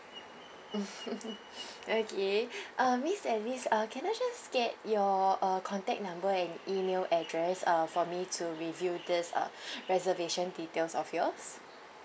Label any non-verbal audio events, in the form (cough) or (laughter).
(laughs) okay uh miss alice uh can I just get your uh contact number and email address uh for me to review this uh reservation details of yours